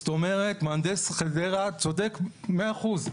זאת אומרת, מהנדס חדרה צודק מאה אחוז.